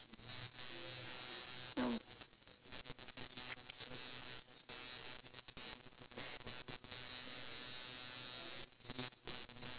no